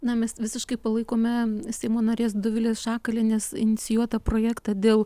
na mes visiškai palaikome seimo narės dovilės šakalienės inicijuotą projektą dėl